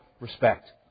respect